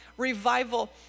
Revival